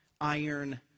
iron